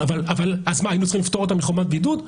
אבל היינו צריכים לפטור אותם מחובת בידוד?